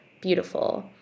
beautiful